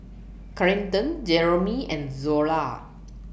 Clinton Jeromy and Zola